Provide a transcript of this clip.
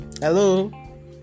Hello